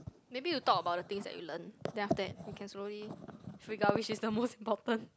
maybe you talk about the things that you learn then after that you can slowly figure out which is the most important